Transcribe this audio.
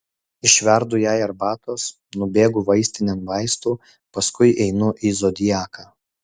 išverdu jai arbatos nubėgu vaistinėn vaistų paskui einu į zodiaką